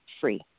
free